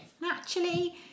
Naturally